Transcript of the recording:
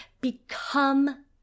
become